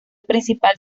principal